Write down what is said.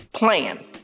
Plan